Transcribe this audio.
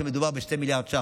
מדובר ב-2 מיליארד ש"ח,